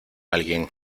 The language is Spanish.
alguien